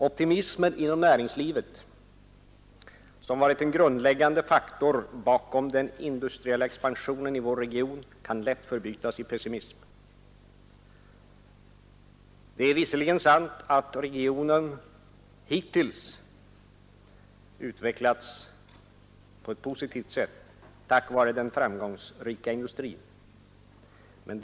Optimismen inom näringslivet som varit en grundläggande faktor bakom den industriella expansionen i vår region kan lätt förbytas i pessimism. Det är visserligen sant att regionen hittills utvecklats positivt, tack vare den framgångsrika industrin.